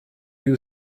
you